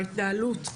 ההתנהלות היום,